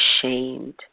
ashamed